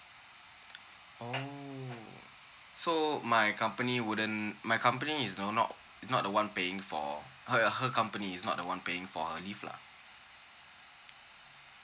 oh so my company wouldn't my company is no not not the one paying for her her company is not the one paying for her leave lah